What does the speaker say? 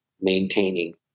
maintaining